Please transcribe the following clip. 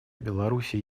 беларуси